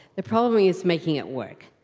the problem is making it work.